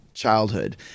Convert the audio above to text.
Childhood